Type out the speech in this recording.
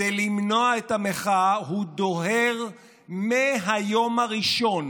כדי למנוע את המחאה הוא דוהר מהיום הראשון